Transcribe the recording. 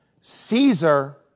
Caesar